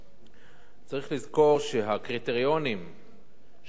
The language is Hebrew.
צריך לזכור שהקריטריונים שנמצאים במשרד